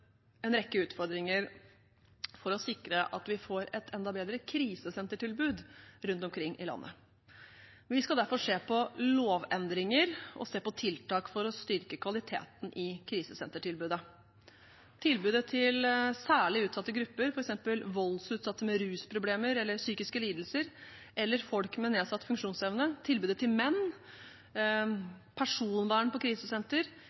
en rekke utfordringer for å sikre at vi får et enda bedre krisesentertilbud rundt omkring i landet. Vi skal derfor se på lovendringer og på tiltak for å styrke kvaliteten i krisesentertilbudet. Tilbudet til særlig utsatte grupper, f.eks. voldsutsatte med rusproblemer eller psykiske lidelser, eller folk med nedsatt funksjonsevne, tilbudet til menn, personvern på krisesenter,